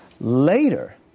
Later